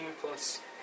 plus